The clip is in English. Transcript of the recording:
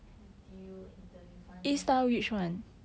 N_T_U interview funny ah